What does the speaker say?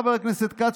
חבר הכנסת כץ,